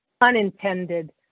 unintended